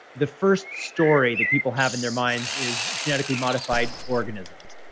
the first story that people have in their minds is genetically modified organisms.